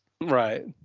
Right